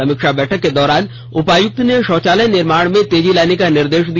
समीक्षा बैठक के दौरान उपायुक्त ने शौचालय निर्माण में तेजी लाने का निर्देश दिया